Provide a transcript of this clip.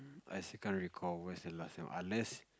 I still can't recall when's the last time unless